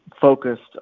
focused